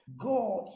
God